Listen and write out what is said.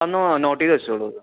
ഒന്ന് നോട്ട് ചെയ്ത് വെച്ചോളു